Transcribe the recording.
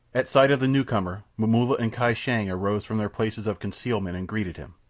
at sight of the new-comer momulla and kai shang arose from their places of concealment and greeted him.